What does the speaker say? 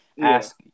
ask